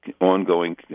ongoing